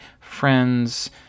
friends